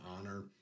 honor